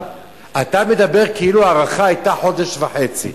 אתה מדבר כאילו ההארכה היתה חודש וחצי,